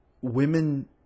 women